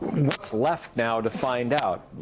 what's left now to find out?